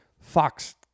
Fox